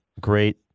great